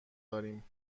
داریم